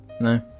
No